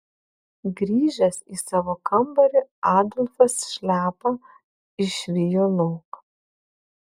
grįžęs į savo kambarį adolfas šliapą išvijo lauk